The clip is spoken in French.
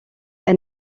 elle